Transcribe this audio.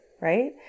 right